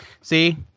See